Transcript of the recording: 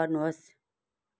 गर्नुहोस्